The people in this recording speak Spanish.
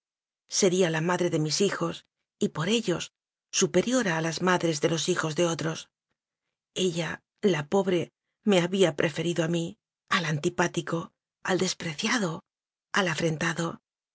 sería la madre de mis hijos y por ellos superiora a las madres de los hijos de otros ella la pobre me había preferido a mí al antipático al despreciado al afrentado